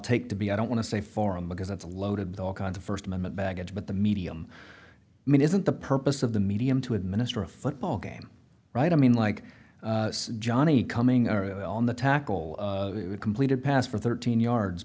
take to be i don't want to say forum because it's loaded with all kinds of first amendment baggage but the medium i mean isn't the purpose of the medium to administer a football game right i mean like johnny coming early on the tackle completed pass for thirteen yards